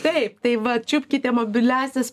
taip tai va čiupkite mobiliąsias